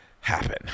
happen